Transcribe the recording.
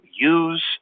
use